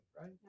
right